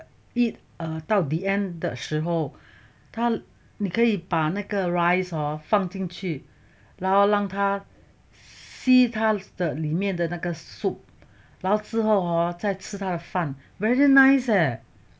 一呃到 the end 的时候它你可以把那个 rice hor 放进去然后让他吸他的里面的那个 soup 然后之后 hor 我再吃他的饭 very nice eh